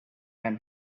men